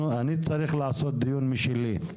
אני צריך לעשות דיון משלי.